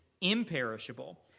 imperishable